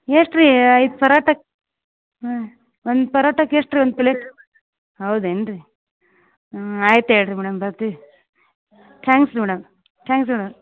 ಎಷ್ಟು ರೀ ಐದು ಪರಾಟಕ್ಕೆ ಹ್ಞೂ ಒಂದು ಪರೋಟಕ್ಕೆ ಎಷ್ಟು ರೀ ಒಂದು ಪಿಲೆಟ್ ಹೌದೇನ್ರಿ ಹಾಂ ಆಯ್ತು ಹೇಳ್ರಿ ಮೇಡಮ್ ಬರ್ತೀವಿ ಥ್ಯಾಂಕ್ಸ್ ರೀ ಮೇಡಮ್ ಥ್ಯಾಂಕ್ಸ್ ರೀ ಮೇಡಮ್